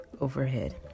overhead